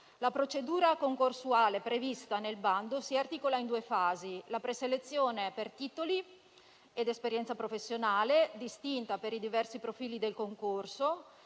La procedura concorsuale prevista nel bando si articola in due fasi: la preselezione per titoli ed esperienza professionale, distinta per i diversi profili del concorso